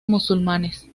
musulmanes